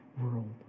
world